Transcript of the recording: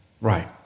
Right